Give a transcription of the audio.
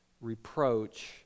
reproach